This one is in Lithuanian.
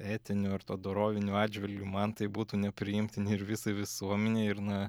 etiniu ar doroviniu atžvilgiu man tai būtų nepriimtini ir visai visuomenei ir na